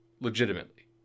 legitimately